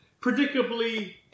Predictably